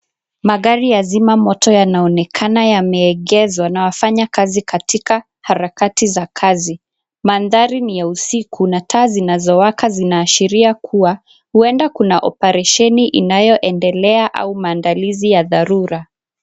Magari ya zima moto yanaonekana yameegezwa na wafanyakazi katika harakati za kazi. Mandhari ni ya usiku na taa zinazowaka zinaashiria kuwa huenda kuna operesheni inayoendelea au maandalizi ya dharura.